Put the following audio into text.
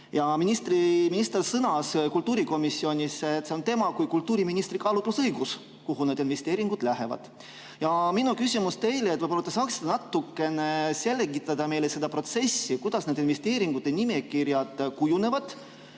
valimisi. Minister sõnas kultuurikomisjonis, et on tema kui kultuuriministri kaalutlusõigus otsustada, kuhu need investeeringud lähevad. Minu küsimus teile: võib-olla te saaksite natukene selgitada meile seda protsessi, kuidas nende investeeringute nimekirjad kujunevad?